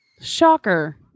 Shocker